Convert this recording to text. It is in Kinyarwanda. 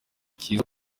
cyiza